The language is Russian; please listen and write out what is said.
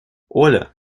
оля